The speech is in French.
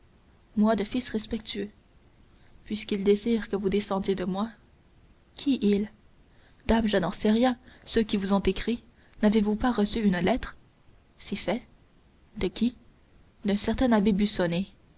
moi de fils respectueux puisqu'ils désirent que vous descendiez de moi qui ils dame je n'en sais rien ceux qui vous ont écrit n'avez vous pas reçu une lettre si fait de qui d'un certain